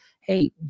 Hey